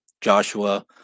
Joshua